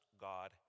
God